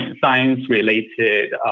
science-related